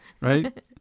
Right